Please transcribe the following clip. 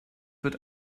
wird